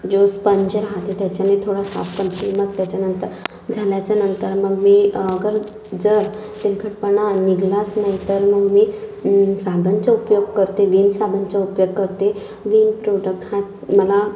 जो स्पंज राहते तेच्यानी थोडा साफ करते मग तेच्यानंतर झाल्याच्यानंतर मग मी अगर जर तेलकटपणा निघालाच नाहीे तर मग मी साबणाचा उपयोग करते विम साबणाचा उपयोग करते विम प्रोडक्ट हा मला